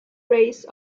race